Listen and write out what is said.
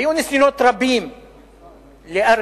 היו ניסיונות רבים לארגן,